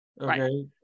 okay